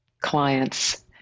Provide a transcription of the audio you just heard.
clients